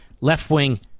left-wing